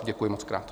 Děkuji mockrát.